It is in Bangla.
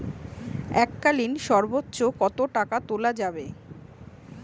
এককালীন সর্বোচ্চ কত টাকা তোলা যাবে?